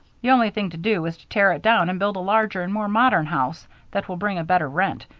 the only thing to do is to tear it down and build a larger and more modern house that will bring a better rent,